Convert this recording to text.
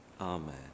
Amen